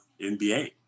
NBA